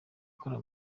gukora